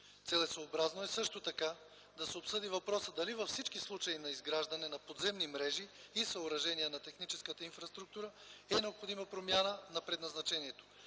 Целесъобразно е също така да се обсъди въпросът дали във всички случаи на изграждане на подземни мрежи и съоръжения на техническата инфраструктура е необходима промяна на предназначението